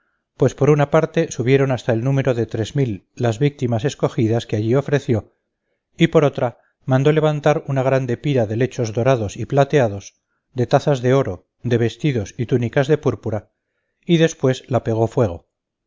pues por una parte subieron hasta el número de tres mil las víctimas escogidas que allí ofreció y por otra mandó levantar una grande pira de lechos dorados y plateados de tazas de oro de vestidos y túnicas de púrpura y después la pegó fuego